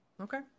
Okay